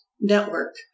network